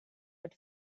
but